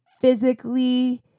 physically